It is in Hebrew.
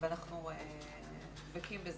ואנחנו דבקים בזה.